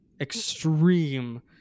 extreme